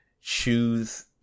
choose